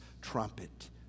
trumpet